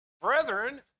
Brethren